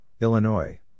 Illinois